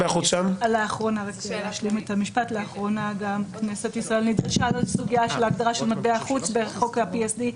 לאחרונה גם כנסת ישראל נדרשה לסוגייה של הגדרת מטבע חוץ בחוק ה-PSD,